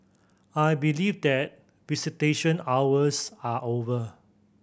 I believe that visitation hours are over